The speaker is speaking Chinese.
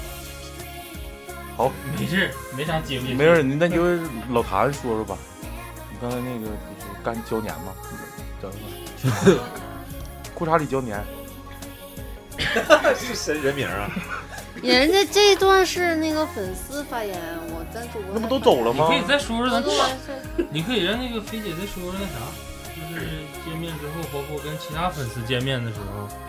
好。没事儿，没啥经历。没事儿， 那你就老谭说说吧。你刚才那个就是干胶粘吗？整一个。 裤衩里胶粘。 是神人名儿啊。 人家这段儿是那个粉丝发言，我在主播那不都那发言。走了吗？ 你可以再说说咱-对啊，是。你可以让那个菲姐再说说那啥，就是见面之后，包括跟其他粉丝见面的时候